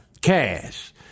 cash